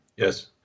Yes